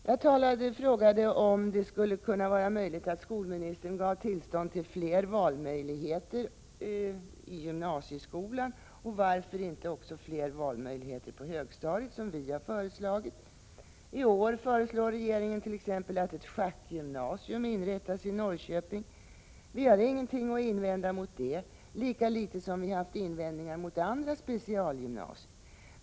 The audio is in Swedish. Jag frågade om skolministern skulle kunna ge tillstånd till fler valmöjligheter i gymnasieskolan, och varför inte också fler valmöjligheter på högstadiet, som vi har föreslagit. I år föreslår regeringen t.ex. att ett schackgymnasium inrättas i Norrköping. Vi har ingenting att invända mot det, lika litet som vi har haft invändningar mot andra specialgymnasier.